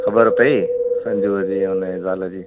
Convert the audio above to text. ख़बर पई संजू जी ऐं उनजी ज़ाल जी